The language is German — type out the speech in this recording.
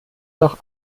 doch